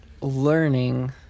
learning